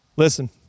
Listen